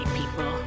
people